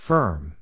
Firm